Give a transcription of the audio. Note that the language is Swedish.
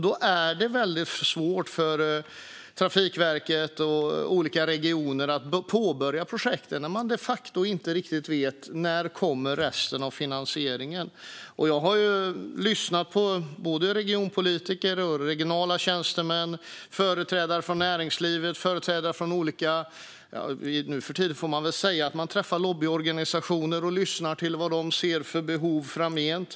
Då är det svårt för Trafikverket och olika regioner att påbörja projekten, när man de facto inte riktigt vet när resten av finansieringen kommer. Jag har lyssnat på både regionpolitiker och regionala tjänstemän och på företrädare för näringslivet och olika lobbyorganisationer. Nu för tiden får man väl säga att man träffar lobbyorganisationer och lyssnar på vad de ser för behov framgent.